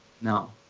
No